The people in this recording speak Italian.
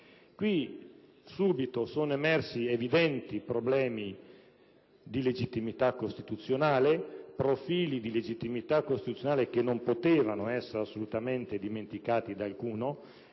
Subito sono emersi evidenti problemi di legittimità costituzionale, profili di legittimità costituzionale che non potevano essere assolutamente dimenticati da alcuno,